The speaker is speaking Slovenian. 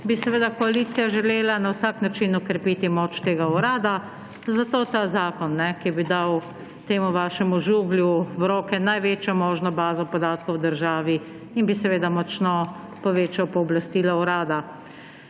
koalicija želela na vsak način okrepiti moč tega urada, zato ta zakon, ki bi dal temu vašemu Žuglju v roke največjo možno bazo podatkov v državi in bi seveda močno povečal pooblastila urada.